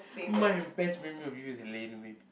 my best memory of you is in Laneway